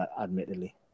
admittedly